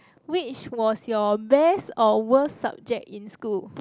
which was your best or worst subject in school